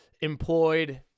employed